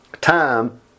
time